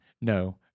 No